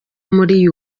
muri